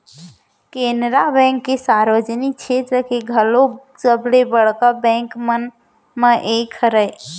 Canara bank सार्वजनिक छेत्र के घलोक सबले बड़का बेंक मन म एक हरय